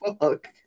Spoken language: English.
fuck